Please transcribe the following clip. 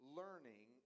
learning